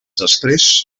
després